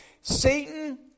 Satan